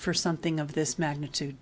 for something of this magnitude